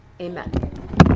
amen